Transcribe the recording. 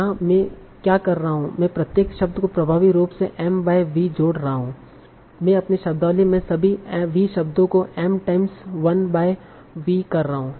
यहाँ मैं क्या कर रहा हूँ मैं प्रत्येक शब्द को प्रभावी रूप से m बाय V जोड़ रहा हूँ मैं अपनी शब्दावली में सभी V शब्दों को m टाइम्स 1 बाय V कर रहा हूँ